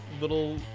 little